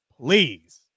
please